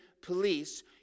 police